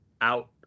out